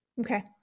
Okay